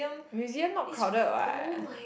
museum not crowded what